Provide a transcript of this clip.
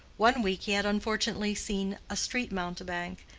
one week he had unfortunately seen a street mountebank,